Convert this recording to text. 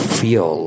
feel